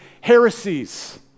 heresies